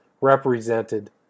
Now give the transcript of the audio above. represented